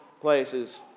places